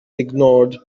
ignored